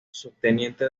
subteniente